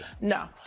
No